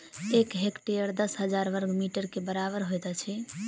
एक हेक्टेयर दस हजार बर्ग मीटर के बराबर होइत अछि